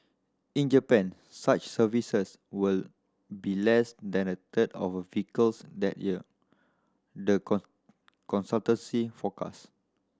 in Japan such services will be less than a third of vehicles that year the consultancy forecasts